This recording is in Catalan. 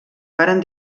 varen